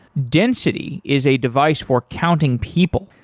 density is a device for counting people.